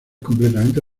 completamente